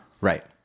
Right